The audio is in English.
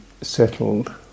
settled